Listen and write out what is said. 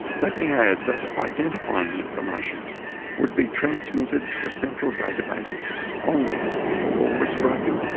let me add that identifying information would be transmitted to a central database only if a law was broken,